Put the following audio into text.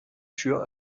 tür